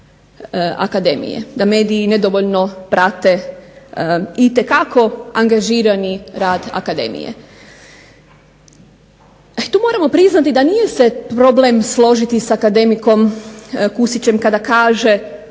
akademije, da mediji nedovoljno prate itekako angažirani rad akademije. Tu moramo priznati da nije se problem složiti sa akademikom Kusićem kada kaže,